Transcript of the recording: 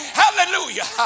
hallelujah